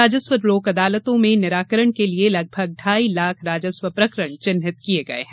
राजस्व लोक अदालतों में निराकरण के लिये लगभग ढ़ाई लाख राजस्व प्रकरण चिन्हित किये गये हैं